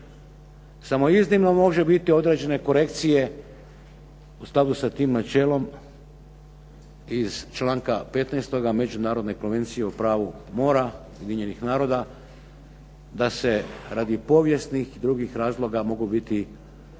Samo iznimno može biti određene korekcije u skladu sa tim načelom iz članka 15. međunarodne konvencije o pravu mora Ujedinjenih naroda da se radi povijesnih i drugih razloga mogu biti određene